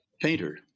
painter